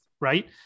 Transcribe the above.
right